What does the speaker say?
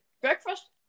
breakfast